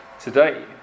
today